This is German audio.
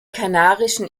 kanarischen